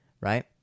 right